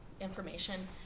information